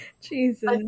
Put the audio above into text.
Jesus